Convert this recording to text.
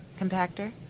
compactor